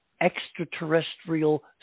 extraterrestrial